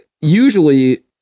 usually